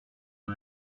who